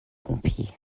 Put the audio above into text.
pompiers